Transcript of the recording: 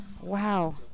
wow